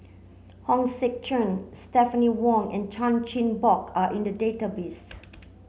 Hong Sek Chern Stephanie Wong and Chan Chin Bock are in the database